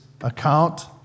account